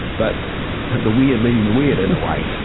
but the weird leading the weird, in a way.